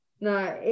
No